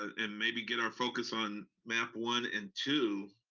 and maybe get our focus on map one and two,